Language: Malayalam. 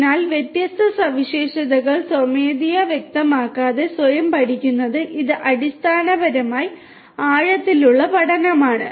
അതിനാൽ വ്യത്യസ്ത സവിശേഷതകൾ സ്വമേധയാ വ്യക്തമാക്കാതെ സ്വയം പഠിക്കുന്നത് ഇത് അടിസ്ഥാനപരമായി ആഴത്തിലുള്ള പഠനമാണ്